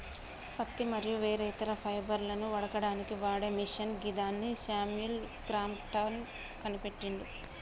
పత్తి మరియు వేరే ఇతర ఫైబర్లను వడకడానికి వాడే మిషిన్ గిదాన్ని శామ్యుల్ క్రాంప్టన్ కనిపెట్టిండు